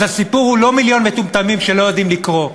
אז הסיפור הוא לא מיליון מטומטמים שלא יודעים לקרוא.